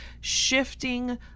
shifting